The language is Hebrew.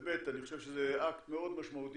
באמת אני חושב שזה אקט מאוד משמעותי,